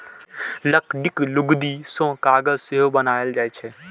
लकड़ीक लुगदी सं कागज सेहो बनाएल जाइ छै